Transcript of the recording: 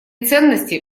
ценности